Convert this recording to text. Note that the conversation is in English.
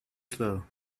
slow